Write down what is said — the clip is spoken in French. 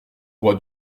roi